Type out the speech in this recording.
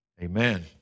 Amen